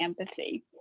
empathy